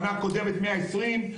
שנה קודמת 120,